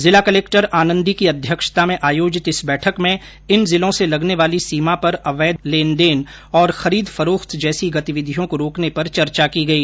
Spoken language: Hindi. जिला कलेक्टर आनन्दी की अध्यक्षता में आयोजित इस बैठक में इन जिलों से लगने वाली सीमा पर अवैध लेनदेन और खरीद फरोख्त जैसी गतिविधियों को रोकने पर चर्चा की गई